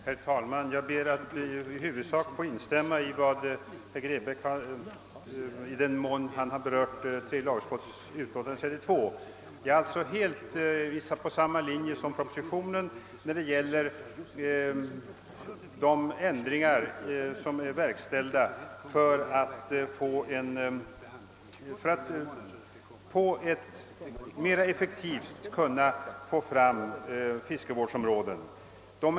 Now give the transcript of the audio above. Herr talman! Först ber jag att i huvudsak få instämma i vad herr Grebäck anfört i anledning av tredje lagutskottets utlåtande nr 32. Jag delar den uppfattning som kommer till uttryck i propositionen när det gäller de ändringar som gjorts för att mera effektivt kunna få fram fiskevårdsområden.